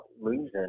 losing